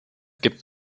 gibt